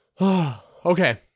Okay